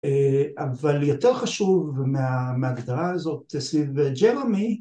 אבל יותר חשוב מההגדרה הזאת סביב ג'רמי